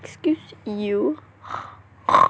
excuse you